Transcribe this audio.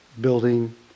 building